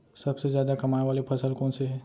सबसे जादा कमाए वाले फसल कोन से हे?